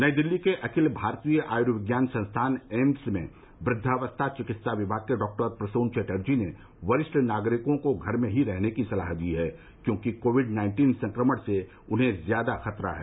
नई दिल्ली के अखिल भारतीय आयुर्विज्ञान संस्थान एम्स में वृद्वावस्था चिकित्सा विभाग के डॉक्टर प्रसून चटर्जी ने वरिष्ठ नागरिकों को घर में ही रहने की सलाह दी है क्योंकि कोविड नाइन्टीन संक्रमण से उन्हें ज्यादा खतरा है